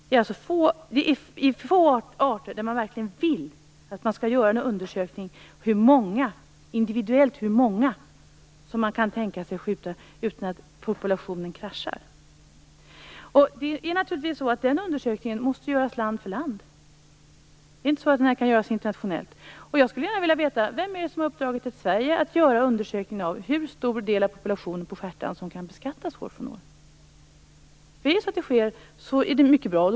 Det är alltså få arter som man verkligen vill göra en undersökning om för att ta reda på hur många individer man kan tänka sig att skjuta utan att populationen kraschar. En sådan undersökning måste naturligtvis göras land för land. Den kan inte göras internationellt. Jag skulle gärna vilja veta vem det är som har uppdragit åt Sverige att göra en undersökning av hur stor del av populationen på stjärtand som kan beskattas år från år. Det vore i så fall bra att få veta vem det är.